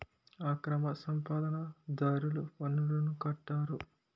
అక్రమ సంపాదన దారులు పన్నులను కట్టరు